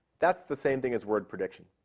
that's the same thing as word prediction.